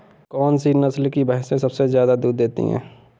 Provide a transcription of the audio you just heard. कौन सी नस्ल की भैंस सबसे ज्यादा दूध देती है?